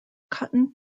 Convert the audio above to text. cotton